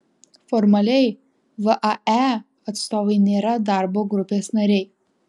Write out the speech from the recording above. formaliai vae atstovai nėra darbo grupės nariai